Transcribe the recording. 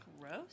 Gross